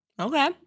Okay